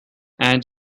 and